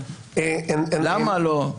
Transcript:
מיכאל למה לא?